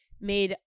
made